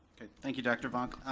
okay, thank you, doctor vonck.